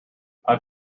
i’ve